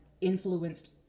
influenced